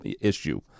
issue